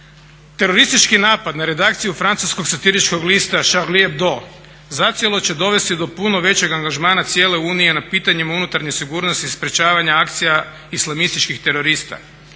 Teroristički napad na redakciju francuskog satiričkog lista Charlie Ebdo zacijelo će dovesti do puno većeg angažmana cijele Unije na pitanjima unutarnje sigurnosti i sprečavanja akcija islamističkih terorista.